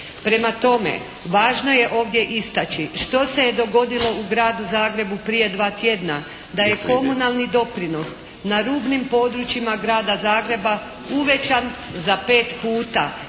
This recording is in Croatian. Prema tome važno je ovdje istaći što se je dogodilo u gradu Zagrebu prije dva tjedna? Da je komunalni doprinos na rubnim područjima grada Zagreba uvećan za 5 puta.